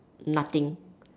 nothing